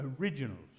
originals